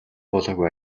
болоогүй